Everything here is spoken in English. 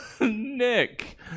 Nick